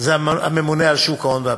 זה הממונה על שוק ההון והביטוח.